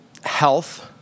health